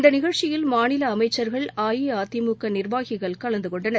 இந்தநிகழ்ச்சியில் மாநிலஅமைச்சர்கள் அஇஅதிமுகநிர்வாகிகள் கலந்துகொண்டனர்